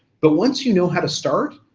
but once you know how to start,